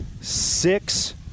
six